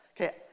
Okay